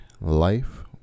life